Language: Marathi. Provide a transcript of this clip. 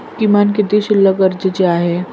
किमान किती शिल्लक गरजेची आहे?